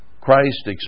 Christ